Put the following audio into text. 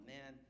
Man